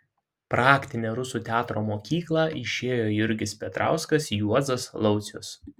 praktinę rusų teatro mokyklą išėjo jurgis petrauskas juozas laucius